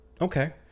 Okay